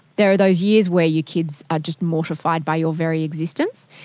there are those years where your kids are just mortified by your very existence.